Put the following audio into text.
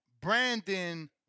Brandon